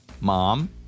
mom